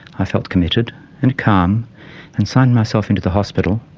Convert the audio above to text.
i felt committed and calm and signed myself in to the hospital,